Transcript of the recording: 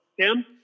Tim